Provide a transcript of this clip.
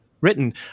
written